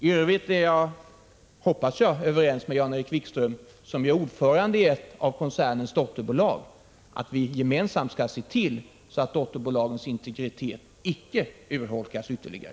I övrigt är jag, hoppas jag, överens med Jan-Erik Wikström, som är ordförande i ett av koncernens dotterbolag, om att vi gemensamt skall se till att dotterbolagens integritet icke urholkas ytterligare.